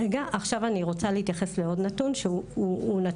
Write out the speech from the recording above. עכשיו אני רוצה להתייחס לעוד נתון שהוא נתון